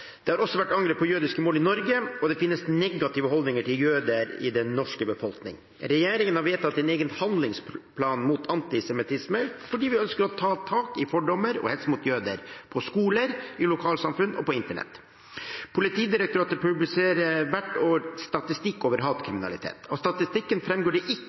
Det har også vært angrep på jødiske mål i Norge, og det finnes negative holdninger til jøder i den norske befolkning. Regjeringen har vedtatt en egen handlingsplan mot antisemittisme fordi vi ønsker å ta tak i fordommer og hets mot jøder – på skoler, i lokalsamfunn og på internett. Politidirektoratet publiserer hvert år statistikk over hatkriminalitet. Av statistikken fremgår det ikke